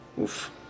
Oof